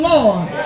Lord